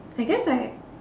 I guess like